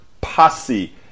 posse